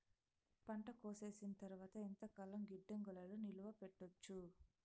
పంట కోసేసిన తర్వాత ఎంతకాలం గిడ్డంగులలో నిలువ పెట్టొచ్చు?